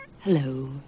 Hello